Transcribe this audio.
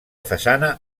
façana